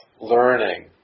learning